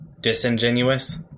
Disingenuous